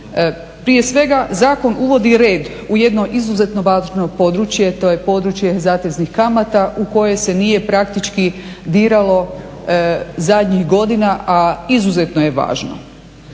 Prije svega zakon uvodi red u jedno izuzetno važno područje, to je područje zateznih kamata u koje se nije praktički diralo zadnjih godina, a izuzetno je važno.